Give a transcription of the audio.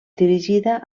dirigida